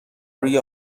روی